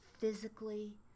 physically